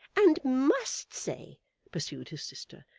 and must say pursued his sister,